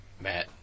Matt